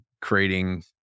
creating